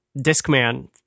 discman